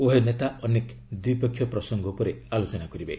ଉଭୟ ନେତା ଅନେକ ଦ୍ୱିପାକ୍ଷିକ ପ୍ରସଙ୍ଗ ଉପରେ ଆଲୋଚନା କରିବେ